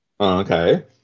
Okay